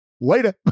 later